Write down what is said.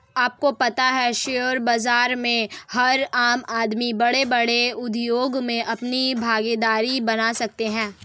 आपको पता है शेयर बाज़ार से हर आम आदमी बडे़ बडे़ उद्योग मे अपनी भागिदारी बना सकता है?